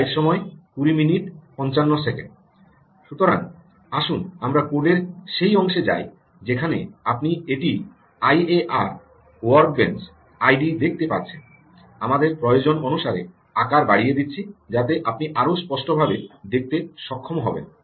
সুতরাং আসুন আমরা কোডের সেই অংশে যাই যেখানে আপনি এটি আইএআর ওয়ার্কবেঞ্চ আইডিই দেখতে পাচ্ছেন আমাদের প্রয়োজন অনুসারে আকার বাড়িয়ে দিচ্ছি যাতে আপনি আরও স্পষ্টভাবে দেখতে সক্ষম হবেন